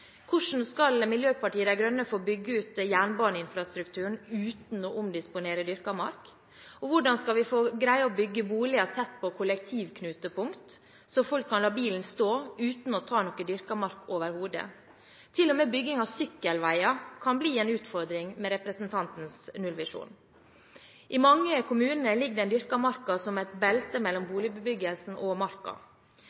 Hvordan skal Miljøpartiet De Grønne få bygget ut jernbaneinfrastrukturen uten å omdisponere dyrket mark? Og hvordan skal vi greie å bygge boliger tett på kollektivknutepunkter, så folk kan la bilen stå, uten å ta noe dyrket mark overhodet? Til og med bygging av sykkelveier kan bli en utfordring med representantens nullvisjon. I mange kommuner ligger den dyrkede marken som et belte mellom